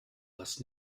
was